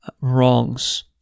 wrongs